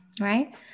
Right